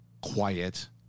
quiet